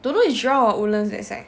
don't know is jurong or woodlands that side